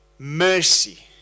Mercy